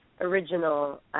original